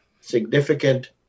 significant